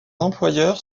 employeurs